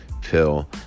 pill